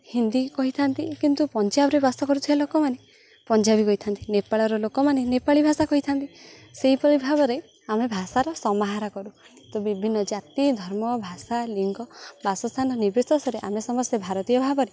ହିନ୍ଦୀ କହିଥାନ୍ତି କିନ୍ତୁ ପଞ୍ଜାବରେ ବାସ କରୁଥିବା ଲୋକମାନେ ପଞ୍ଜାବୀ କହିଥାନ୍ତି ନେପାଳର ଲୋକମାନେ ନେପାଳୀ ଭାଷା କହିଥାନ୍ତି ସେହିପରି ଭାବରେ ଆମେ ଭାଷାର ସମାହାର କରୁ ତ ବିଭିନ୍ନ ଜାତି ଧର୍ମ ଭାଷା ଲିଙ୍ଗ ବାସସ୍ଥାନ ନିର୍ବିଶେଷରେ ଆମେ ସମସ୍ତେ ଭାରତୀୟ ଭାବରେ